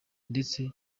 ndetse